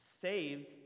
saved